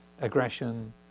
aggression